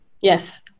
Yes